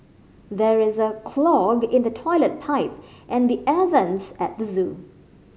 there is a clog in the toilet pipe and the air vents at the zoo